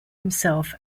itself